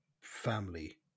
family